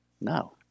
No